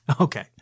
okay